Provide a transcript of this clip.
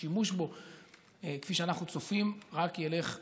השימוש בו כפי שאנחנו צופים רק ילך ויגדל,